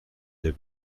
dem